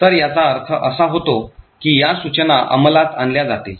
तर याचा अर्थ असा होतो की या सूचना अंमलात आणल्या जातील